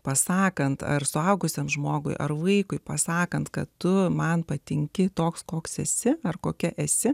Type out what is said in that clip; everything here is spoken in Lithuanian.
pasakant ar suaugusiam žmogui ar vaikui pasakant kad tu man patinki toks koks esi ar kokia esi